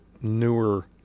newer